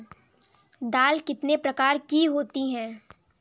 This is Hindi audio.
दाल कितने प्रकार की होती है?